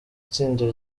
itsinda